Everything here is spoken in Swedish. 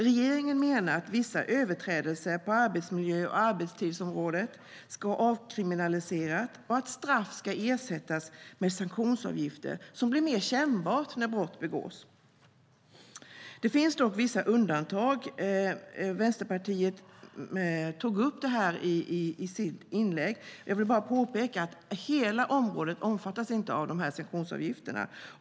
Regeringen menar att vissa överträdelser på arbetsmiljö och arbetstidsområdet ska avkriminaliseras och att straff ska ersättas med sanktionsavgifter, vilket blir mer kännbart när brott begås. Det finns dock vissa undantag. Vänsterpartiet tog upp det i sitt inlägg. Jag vill bara påpeka att hela området inte omfattas av sanktionsavgifterna.